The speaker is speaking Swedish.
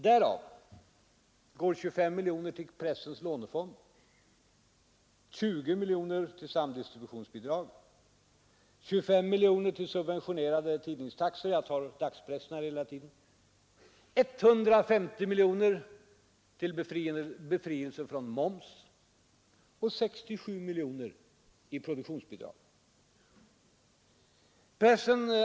Därav går 25 miljoner till pressens lånefond, 20 miljoner till samdistributionsbidrag, 25 miljoner till subventionerade tidningstaxor — jag talar hela tiden om dagspressen — 150 miljoner till befrielse från moms och 67 miljoner till produktionsbidrag.